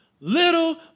little